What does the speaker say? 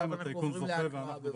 עכשיו אנחנו עוברים להקראה בבקשה.